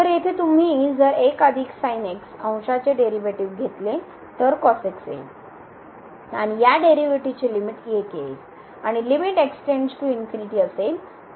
तर येथे तुम्ही जर 1 sin x अंशाचे डेरीवेटीव घेतले तर होईल आणि या डेरीवेटीवची लिमिट 1 येईल आणि लिमिट असेल